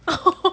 oh